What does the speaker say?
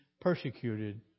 persecuted